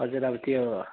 हजुर अब त्यो